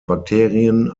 bakterien